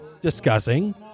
discussing